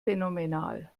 phänomenal